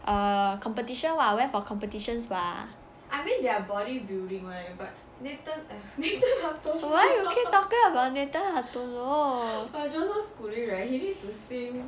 uh competition [what] went for competitions [what] why you keep talking about nathan hartono